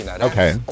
Okay